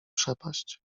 przepaść